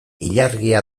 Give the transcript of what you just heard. ilargia